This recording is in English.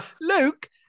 Luke